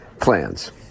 plans